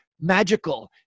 magical